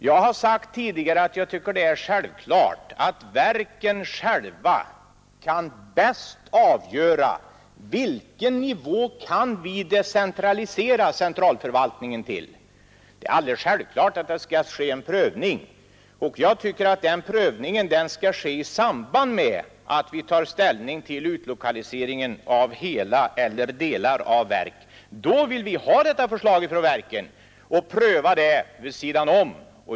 Jag har sagt tidigare att jag tycker att det är självklart att verken själva bäst kan avgöra till vilken nivå de kan decentralisera centralförvaltningen. Det skall naturligtvis ske en prövning, och jag tycker att den prövningen skall ske i samband med att vi tar ställning till utlokaliseringen av hela verk eller delar av verk. Då vill vi ha detta förslag från verket och pröva det.